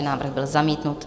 Návrh byl zamítnut.